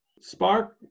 Spark